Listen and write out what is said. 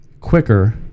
quicker